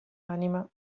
anima